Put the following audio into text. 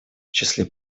числе